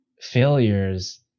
failures